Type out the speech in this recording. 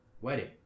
wedding